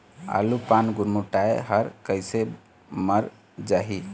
आलू पान गुरमुटाए हर कइसे मर जाही?